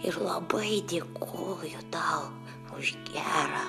ir labai dėkoju tau už gerą